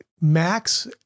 Max